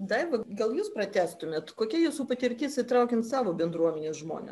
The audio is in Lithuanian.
daiva gal jūs pratęstumėt kokia jūsų patirtis įtraukiant savo bendruomenės žmones